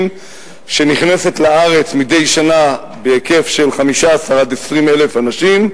שנכנסים לארץ מדי שנה בהיקף של 15,000 20,000 אנשים,